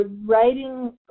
writing